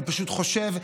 אני פשוט חושב,